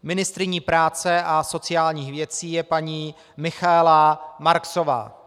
Ministryní práce a sociálních věcí je paní Michaela Marksová.